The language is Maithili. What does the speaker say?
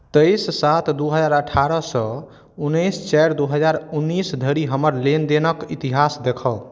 तेइस सात दू हजार अठारहसँ उन्नैस चारि दू हजार उन्नैस धरि हमर लेनदेनक इतिहास देखाउ